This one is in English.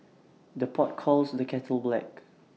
the pot calls the kettle black